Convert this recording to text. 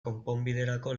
konponbiderako